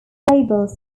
labels